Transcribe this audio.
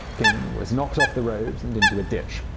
king was knocked off the road, and into a ditch.